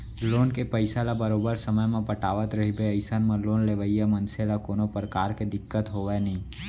loan के पइसा ल बरोबर समे म पटावट रहिबे अइसन म लोन लेवइया मनसे ल कोनो परकार के दिक्कत होवय नइ